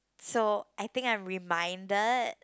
so I think I'm reminded